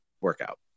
workout